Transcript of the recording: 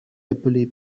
appelé